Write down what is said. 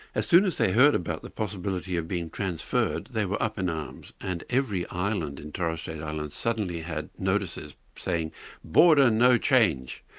as soon as they heard about the possibility of being transferred, they were up in arms and every island in torres strait islands suddenly had notices saying border no change.